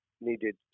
needed